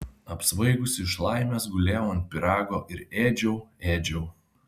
apsvaigusi iš laimės gulėjau ant pyrago ir ėdžiau ėdžiau